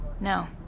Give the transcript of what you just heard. No